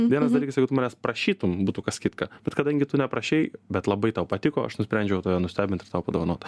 vienas dalykas jeigu tu manęs prašytum būtų kas kitka bet kadangi tu neprašei bet labai tau patiko aš nusprendžiau tave nustebint ir tau padovanot